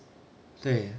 对